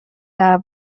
برای